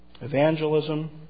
Evangelism